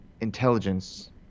intelligence